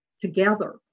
together